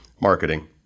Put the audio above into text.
marketing